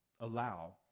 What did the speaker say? allow